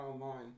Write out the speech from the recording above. online